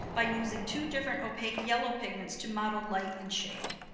by using two different opaque yellow pigments to model light and shade.